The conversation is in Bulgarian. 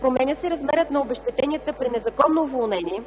Променя се размерът на обезщетението при незаконно уволнение,